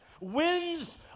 winds